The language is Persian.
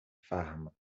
فهم